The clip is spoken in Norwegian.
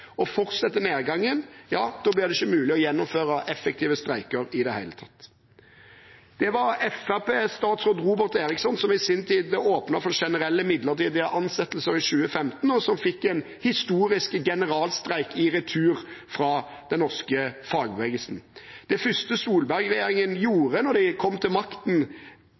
og fortsetter nedgangen, blir det ikke mulig å gjennomføre effektive streiker i det hele tatt. Det var Fremskrittsparti-statsråd Robert Eriksson som i sin tid åpnet for generelle midlertidige ansettelser i 2015, og som fikk en historisk generalstreik i retur fra den norske fagbevegelsen. Det første Solberg-regjeringen gjorde da de kom til makten